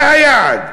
זה היעד.